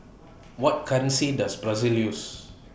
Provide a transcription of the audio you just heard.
What currency Does Brazil use